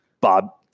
Bob